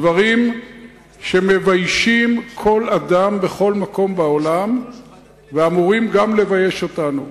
דברים שמביישים כל אדם בכל מקום בעולם ואמורים לבייש גם אותנו.